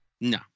No